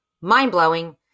Mind-blowing